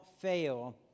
fail